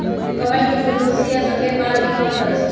कमल के फूल रुस्सी आ सफेद बाल के कम करई छई